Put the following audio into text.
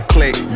Click